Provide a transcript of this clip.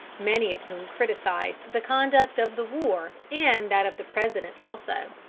many of whom criticised the conduct of the war and that of the president also.